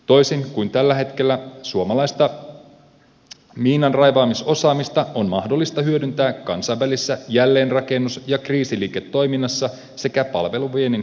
toisin kuin tällä hetkellä suomalaista miinanraivaamisosaamista on mahdollista hyödyntää kansainvälisissä jälleenrakennus ja kriisiliiketoiminnassa sekä palveluviennin kasvattamisessa